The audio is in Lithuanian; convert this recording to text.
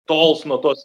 tols nuo tos